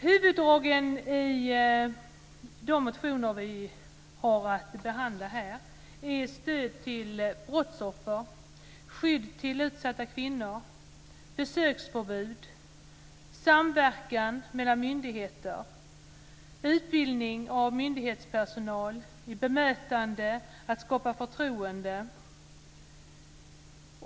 Huvuddragen i de motioner vi har att behandla här är stöd till brottsoffer, skydd till utsatta kvinnor, besöksförbud, samverkan mellan myndigheter, utbildning av myndighetspersonal i bemötande och att skapa förtroende.